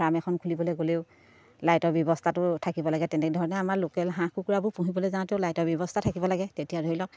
farm এখন খুলিবলৈ গ'লেও লাইটৰ ব্যৱস্থাটো থাকিব লাগে তেনেধৰণে আমাৰ লোকেল হাঁহ কুকুৰাবোৰ পুহিবলৈ যাওঁতেও লাইটৰ ব্যৱস্থা থাকিব লাগে তেতিয়া ধৰি লওক